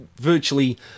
virtually